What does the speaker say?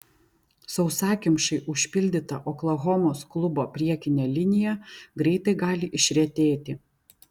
sausakimšai užpildyta oklahomos klubo priekinė linija greitai gali išretėti